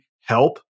help